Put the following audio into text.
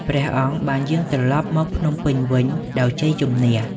ព្រះអង្គបានយាងត្រឡប់មកភ្នំពេញវិញដោយជ័យជម្នះ។